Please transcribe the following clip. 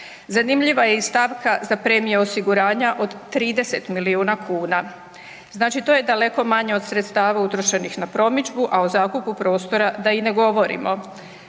Zanimljiva je i stavka za premije osiguranja od 30 milijuna kuna. Znači to je daleko manje od sredstava utrošenih na promidžbu, a o zakupu prostora da i ne govorimo.